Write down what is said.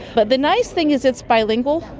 but the nice thing is it's bilingual.